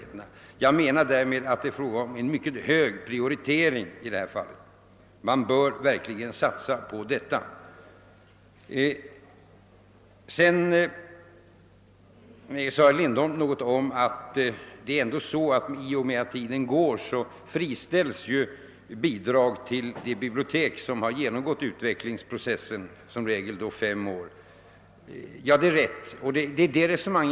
Det är alltså, menar jag, i detta fall fråga om något som är värt en mycket hög prioritering; vi bör verkligen satsa på detta. Herr Lindholm sade att allteftersom tiden går friställs bidrag efter de bibliotek som har genomgått utvecklingsprocessen, som regel efter fem år. Det resonemanget är jag litet oroad över.